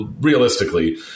Realistically